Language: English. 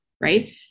right